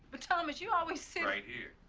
thomas, you always sit right here,